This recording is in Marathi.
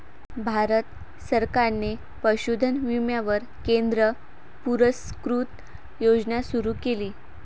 भारत सरकारने पशुधन विम्यावर केंद्र पुरस्कृत योजना सुरू केली